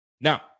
Now